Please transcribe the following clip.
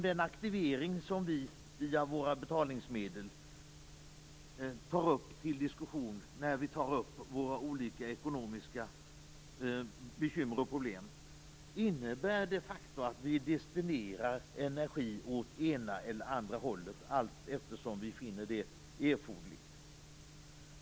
Den aktivering av våra betalningsmedel som vi tar upp till diskussion när vi talar om våra ekonomiska bekymmer och problem, innebär de facto att vi destinerar energi åt ena eller andra hållet allteftersom vi finner det erforderligt.